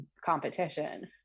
competition